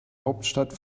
hauptstadt